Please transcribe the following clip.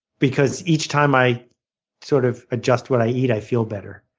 because each time i sort of adjust what i eat, i feel better.